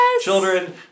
children